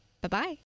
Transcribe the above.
Bye-bye